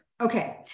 Okay